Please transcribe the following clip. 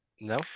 No